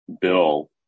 bill